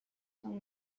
son